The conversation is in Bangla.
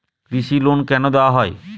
কৃষি লোন কেন দেওয়া হয়?